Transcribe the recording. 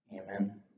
Amen